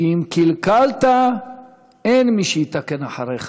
שאם קלקלת אין מי שיתקן אחריך".